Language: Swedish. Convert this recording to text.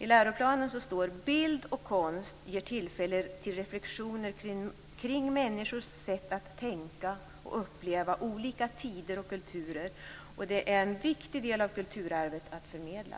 I läroplanen står det: "Bild och konst ger tillfälle till reflektioner kring människors sätt att tänka och uppleva olika tider och kulturer och är en viktig del av kulturarvet att förmedla."